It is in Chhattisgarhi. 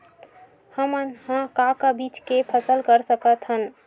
हमन ह का का बीज के फसल कर सकत हन?